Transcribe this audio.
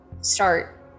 start